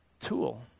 tool